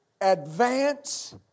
Advance